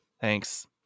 thanks